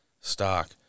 stock